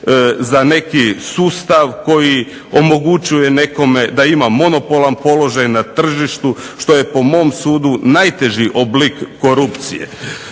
za neki sustav koji omogućuje nekome da ima monopolan položaj na tržištu što je po mom sudu najteži oblik korupcije.